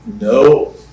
no